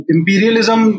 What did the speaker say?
Imperialism